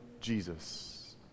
Jesus